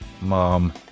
mom